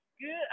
Good